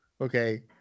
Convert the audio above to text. Okay